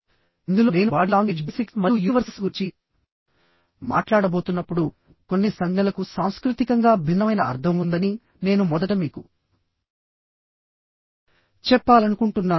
ఇందులో నేను body language basics మరియు యూనివర్సల్స్ గురించి మాట్లాడబోతున్నప్పుడుకొన్ని సంజ్ఞలకు సాంస్కృతికంగా భిన్నమైన అర్థం ఉందని నేను మొదట మీకు చెప్పాలనుకుంటున్నాను